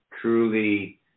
truly